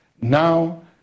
Now